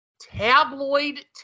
tabloid